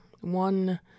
One